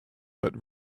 but